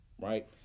right